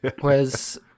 Whereas